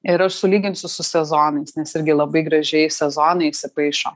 ir aš sulyginsiu su sezonais nes irgi labai gražiai sezonai įsipaišo